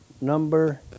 number